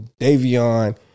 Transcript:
Davion